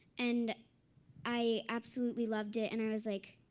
and i absolutely loved it. and i was like,